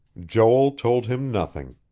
joel told him nothing.